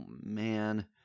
man